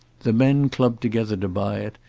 the men clubbed together to buy it,